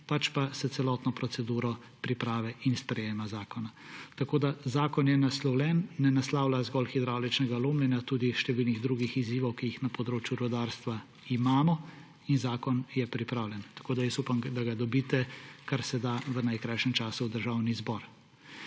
pač pa s celotno proceduro priprave in sprejema zakona. Tako je zakon naslovljen, ne naslavlja zgolj hidravličnega lomljenja, tudi številne druge izzive, ki jih na področju rudarstva imamo, in zakon je pripravljen. Tako upam, da ga dobite karseda v najkrajšem času v Državni zbor.